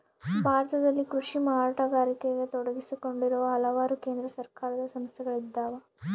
ಭಾರತದಲ್ಲಿ ಕೃಷಿ ಮಾರಾಟಗಾರಿಕೆಗ ತೊಡಗಿಸಿಕೊಂಡಿರುವ ಹಲವಾರು ಕೇಂದ್ರ ಸರ್ಕಾರದ ಸಂಸ್ಥೆಗಳಿದ್ದಾವ